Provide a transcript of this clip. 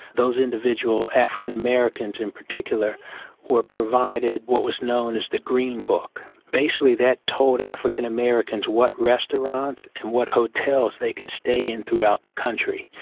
those individual african americans in particular were provided what was known as the green book. basically that told african americans what restaurants and what hotels they could stay in throughout the country,